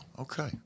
okay